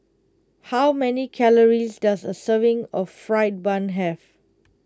how many calories does a serving of Fried Bun have